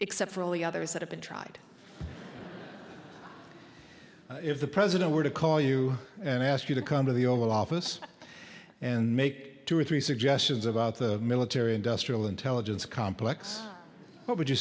except for all the others that have been tried if the president were to call you and ask you to come to the oval office and make two or three suggestions about the military industrial intelligence complex what would you